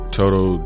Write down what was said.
total